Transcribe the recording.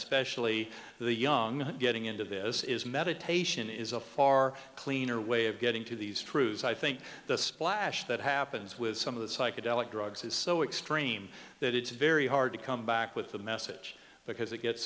especially the young getting into this is meditation is a far cleaner way of getting to these truths i think the splash that happens with some of the psychedelic drugs is so extreme that it's very hard to come back with the message because it gets